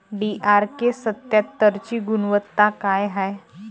DRK सत्यात्तरची गुनवत्ता काय हाय?